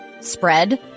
spread